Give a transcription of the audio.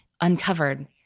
Uncovered